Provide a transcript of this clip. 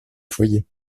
foyer